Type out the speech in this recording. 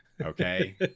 okay